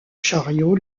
chariots